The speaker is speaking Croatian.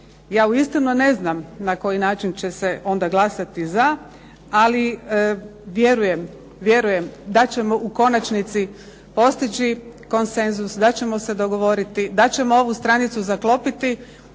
ja uistinu ne znam na koji način će se onda glasati za, ali vjerujem da ćemo u konačnici postići konsenzus, da ćemo se dogovoriti, da ćemo ovu stranicu zaklopiti